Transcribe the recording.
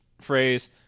phrase